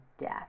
death